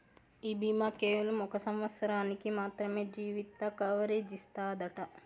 ఈ బీమా కేవలం ఒక సంవత్సరానికి మాత్రమే జీవిత కవరేజ్ ఇస్తాదట